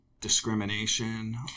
discrimination